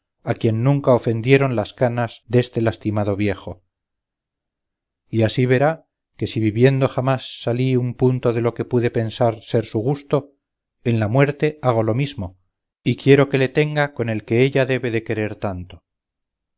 a quien nunca ofendieron las canas deste lastimado viejo y así verá que si viviendo jamás salí un punto de lo que pude pensar ser su gusto en la muerte hago lo mismo y quiero que le tenga con el que ella debe de querer tanto